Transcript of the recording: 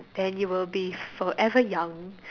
then you will be forever young